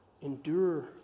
Endure